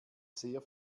sehr